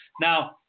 Now